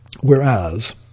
Whereas